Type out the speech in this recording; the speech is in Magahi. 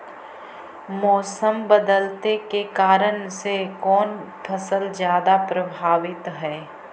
मोसम बदलते के कारन से कोन फसल ज्यादा प्रभाबीत हय?